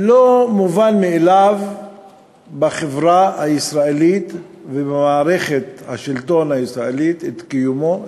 לא מובנים מאליהם בחברה הישראלית ובמערכת השלטון הישראלית קיומו,